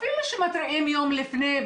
אפילו שמתריעים יום לפני,